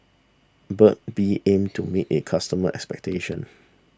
Burt's Bee aims to meet its customers' expectations